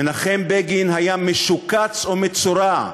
מנחם בגין היה משוקץ ומצורע,